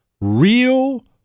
real